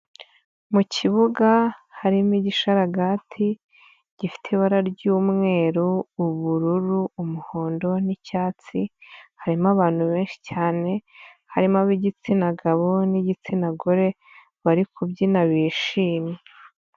Mu kibuga harimo igishararaga, gifite ibara ry'umweru, ubururu, umuhondo n'icyatsi, harimo abantu benshi cyane, harimo ab'igitsina gabo n'igitsina gore, bari kubyina bishimye.